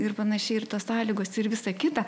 ir panašiai ir tos sąlygos ir visa kita